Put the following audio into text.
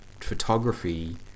photography